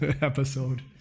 episode